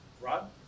Rod